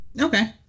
Okay